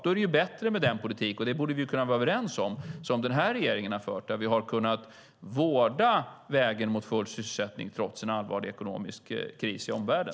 Då är det bättre med den politik - det borde vi kunna vara överens om - som den här regeringen har fört, där vi har kunnat vårda vägen mot full sysselsättning, trots en allvarlig ekonomisk kris i omvärlden.